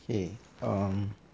okay um